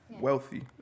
wealthy